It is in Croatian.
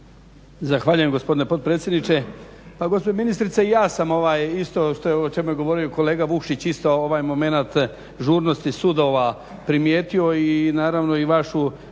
Zahvaljujem gospodine potpredsjedniče. Pa gospođo ministrice i ja sam isto o čemu je govorio kolega Vukšić isto ovaj momenat žurnosti sudova primijetio i naravno i vašu